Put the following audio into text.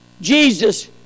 Jesus